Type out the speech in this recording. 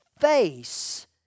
face